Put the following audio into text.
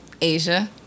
Asia